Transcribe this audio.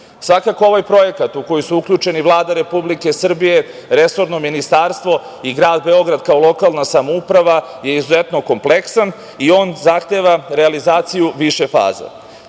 ovaj projekat u koji su uključeni Vlada Republike Srbije, resorno ministarstvo i Grad Beograd kao lokalna samouprava je izuzetno kompleksan i on zahteva realizaciju više faza.